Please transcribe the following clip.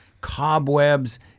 cobwebs